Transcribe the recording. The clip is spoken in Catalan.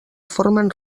formen